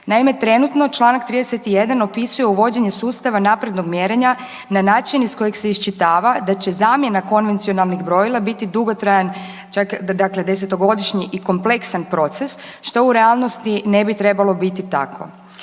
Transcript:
Naime, trenutno čl. 31 opisuje uvođenje sustava naprednog mjerenja na način iz kojeg se očitava da će zamjena konvencionalnih brojila biti dugotrajan, čak, dakle 10-godišnji i kompleksan proces, što u realnosti ne bi trebalo biti tako.